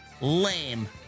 Lame